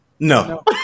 No